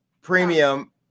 premium